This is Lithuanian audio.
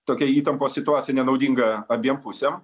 tokia įtampos situacija nenaudinga abiem pusėm